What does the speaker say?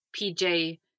PJ